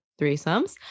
threesomes